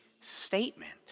statement